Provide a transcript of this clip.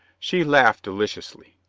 she laughed deliciously.